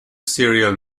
serial